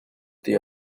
the